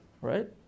Right